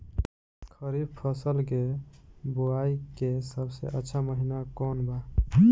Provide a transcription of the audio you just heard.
खरीफ फसल के बोआई के सबसे अच्छा महिना कौन बा?